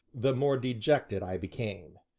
the more dejected i became.